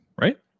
right